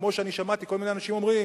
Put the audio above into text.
כמו ששמעתי כל מיני אנשים אומרים,